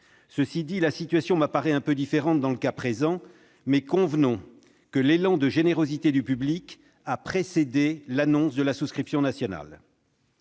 Certes, la situation m'apparaît un peu différente dans le cas présent, mais convenons que l'élan de générosité du public a précédé l'annonce de la souscription nationale.